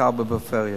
בעיקר בפריפריה.